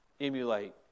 emulate